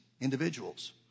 individuals